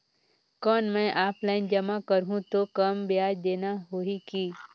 कौन मैं ऑफलाइन जमा करहूं तो कम ब्याज देना होही की?